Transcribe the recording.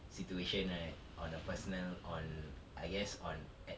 situation right on a personal on I guess on at